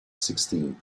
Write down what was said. sixteen